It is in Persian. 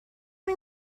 این